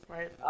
Right